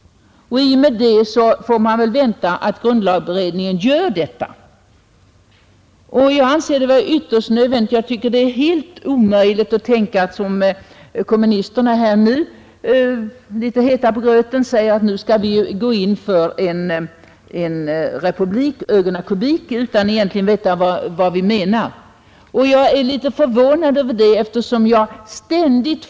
I och med det får man väl förutsätta att grundlagberedningen gör detta. Jag tycker det är helt omöjligt att som kommunisterna, nu litet heta på gröten, säga att vi skall gå in för en republik ögona kubik utan att veta vad vi menar med det. Jag är litet förvånad över denna inställning.